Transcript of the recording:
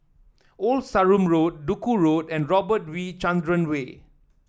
Old Sarum Road Duku Road and Robert V Chandran Way